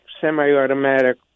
semi-automatic